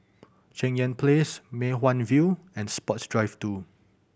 Cheng Yan Place Mei Hwan View and Sports Drive Two